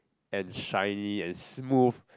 and shiny and smooth